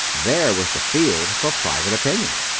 there was the field for private opinion.